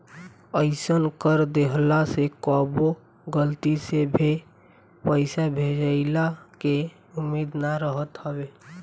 अइसन कर देहला से कबो गलती से भे पईसा भेजइला के उम्मीद ना रहत हवे